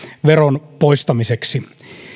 veron poistamiseksi